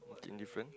what thing different